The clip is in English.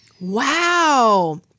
Wow